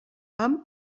amb